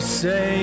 say